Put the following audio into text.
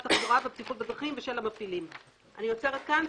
התחבורה והבטיחות בדרכים ושל המפעילים,";" אני עוצרת כאן.